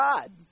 God